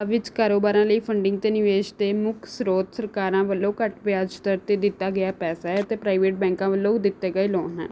ਵਿੱਚ ਕਾਰੋਬਾਰਾਂ ਲਈ ਫੰਡਿੰਗ ਅਤੇ ਨਿਵੇਸ਼ ਦੇ ਮੁੱਖ ਸਰੋਤ ਸਰਕਾਰਾਂ ਵੱਲੋਂ ਘੱਟ ਵਿਆਜ ਦਰ 'ਤੇ ਦਿੱਤਾ ਗਿਆ ਪੈਸਾ ਹੈ ਅਤੇ ਪ੍ਰਾਈਵੇਟ ਬੈਂਕਾਂ ਵੱਲੋਂ ਦਿੱਤੇ ਗਏ ਲੋਨ ਹਨ